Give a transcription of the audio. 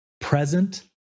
present